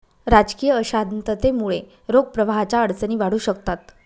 राजकीय अशांततेमुळे रोख प्रवाहाच्या अडचणी वाढू शकतात